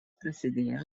prasidėjo